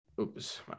Oops